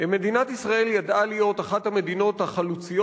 מדינת ישראל ידעה להיות אחת המדינות החלוציות